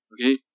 Okay